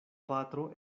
patro